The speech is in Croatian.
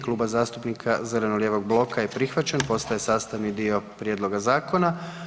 Kluba zastupnika zeleno-lijevog bloka je prihvaćen, postaje sastavni dio prijedloga zakona.